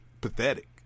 pathetic